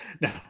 No